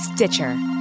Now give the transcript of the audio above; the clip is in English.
Stitcher